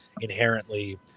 inherently